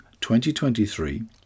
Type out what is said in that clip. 2023